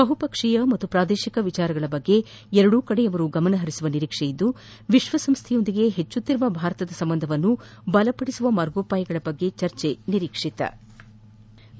ಬಹು ಪಕ್ಷೀಯ ಹಾಗೂ ಪ್ರಾದೇಶಿಕ ವಿಷಯಗಳ ಬಗ್ಗೆ ಎರಡೂ ಕಡೆಯವರು ಗಮನಹರಿಸುವ ನಿರೀಕ್ಷೆ ಇದ್ದು ವಿಶ್ವ ಸಂಸ್ಥೆಯೊಂದಿಗೆ ಹೆಚ್ಚುತ್ತಿರುವ ಭಾರತದ ಸಂಬಂಧವನ್ನು ಬಲಗೊಳಿಸುವ ಮಾರ್ಗೋಪಾಯಗಳ ಬಗ್ಗೆ ಚರ್ಚಿಸುವ ನಿರೀಕ್ಷೆ ಇದೆ